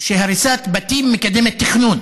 שהריסת בתים מקדמת תכנון,